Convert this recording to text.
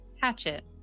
Hatchet